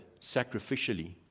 sacrificially